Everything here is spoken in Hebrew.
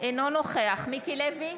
אינו נוכח מיקי לוי,